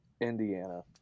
Indiana